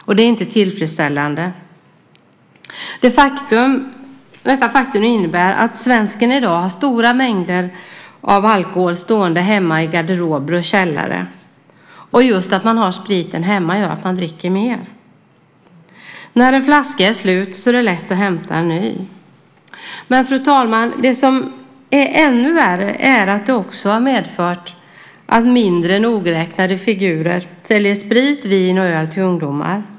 Och det är inte tillfredsställande. Detta faktum innebär att svensken i dag har stora mängder alkohol stående hemma i garderober och källare. Och just att man har spriten hemma gör att man dricker mer. När en flaska är slut är det lätt att hämta en ny. Men, fru talman, ännu värre är att detta också har medfört att mindre nogräknade figurer säljer sprit, vin och öl till ungdomar.